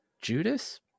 Judas